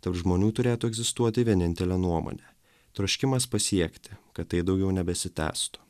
tarp žmonių turėtų egzistuoti vienintelė nuomonė troškimas pasiekti kad tai daugiau nebesitęstų